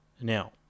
now